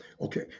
Okay